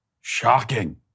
Shocking